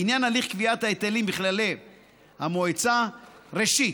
בעניין הליך קביעת ההיטלים בכללי המועצה: ראשית,